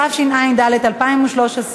התשע"ד 2013,